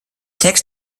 text